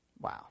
Wow